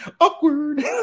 Awkward